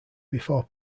before